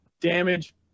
damage